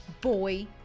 boy